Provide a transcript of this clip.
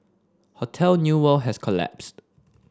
Hotel New World has collapsed